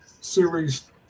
series